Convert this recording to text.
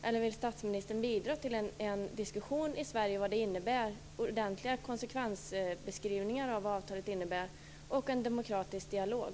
Eller vill statsministern bidra till en diskussion i Sverige med ordentliga konsekvensbeskrivningar av vad avtalet innebär och en demokratisk dialog?